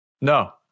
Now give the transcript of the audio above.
no